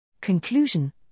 Conclusion